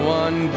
one